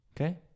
Okay